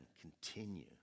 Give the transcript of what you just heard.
continue